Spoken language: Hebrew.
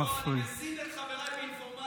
לא, אני --- את חבריי באינפורמציה.